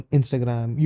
Instagram